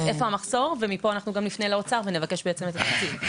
איפה המחסור ומפה אנחנו גם נפנה לאוצר ונבקש את התקציב.